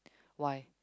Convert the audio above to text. why